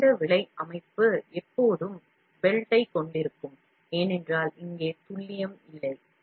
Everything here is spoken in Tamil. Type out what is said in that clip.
குறைந்த விலை அமைப்பு எப்போதும் பெல்ட்டைக் கொண்டிருக்கும் ஏனென்றால் இங்கே துல்லியம் இல்லை